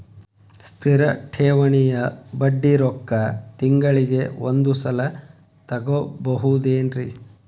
ಸ್ಥಿರ ಠೇವಣಿಯ ಬಡ್ಡಿ ರೊಕ್ಕ ತಿಂಗಳಿಗೆ ಒಂದು ಸಲ ತಗೊಬಹುದೆನ್ರಿ?